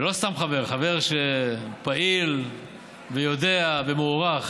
ולא סתם חבר, חבר שפעיל ויודע ומוערך,